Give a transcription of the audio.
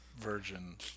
Virgin